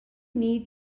need